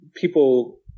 people